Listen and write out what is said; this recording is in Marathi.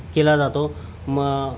केला जातो म